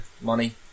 money